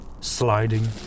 sliding